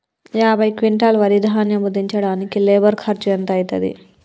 యాభై క్వింటాల్ వరి ధాన్యము దించడానికి లేబర్ ఖర్చు ఎంత అయితది?